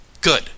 Good